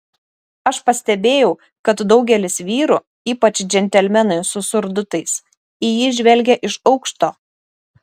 aš pastebėjau kad daugelis vyrų ypač džentelmenai su surdutais į jį žvelgė iš aukšto